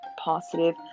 positive